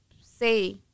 say